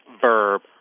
verb